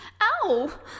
Ow